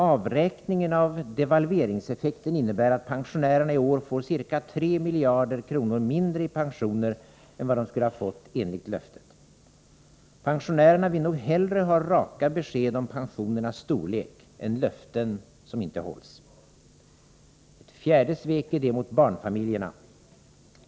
Avräkningen av devalveringseffekten innebär att pensionärerna i år får ca 3 miljarder kronor mindre i pensioner än vad de skulle fått enligt löftet. Pensionärerna vill nog hellre ha raka besked om pensionernas storlek än löften som inte hålls. Ett fjärde svek är det mot barnfamiljerna.